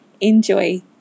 enjoy